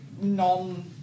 non